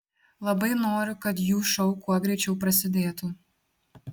labai noriu kad jų šou kuo greičiau prasidėtų